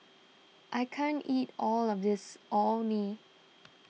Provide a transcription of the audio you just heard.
I can't eat all of this Orh Nee